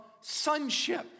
sonship